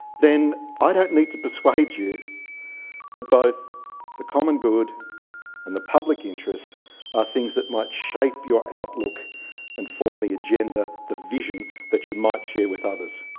then i don't need to persuade you that both the common good and the public interest are things that might shape your outlook and form the agenda, the vision, you might share with others.